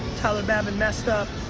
tyler babin messed up.